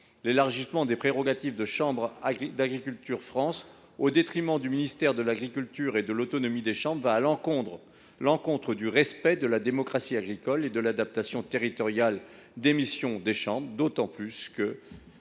élargissement des prérogatives de Chambres d’agriculture France, au détriment du ministère de l’agriculture et de l’autonomie des chambres, irait à l’encontre du respect de la démocratie agricole et de l’adaptation territoriale des missions des chambres. C’est d’autant plus vrai